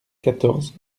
quatorze